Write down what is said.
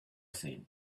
said